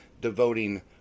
devoting